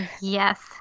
Yes